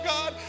God